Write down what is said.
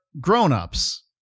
grown-ups